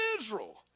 Israel